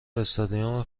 استادیوم